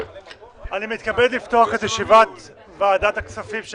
אני מתכבד לפתוח את ישיבת ועדת הכספים של